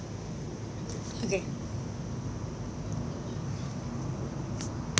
okay